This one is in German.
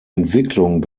entwicklung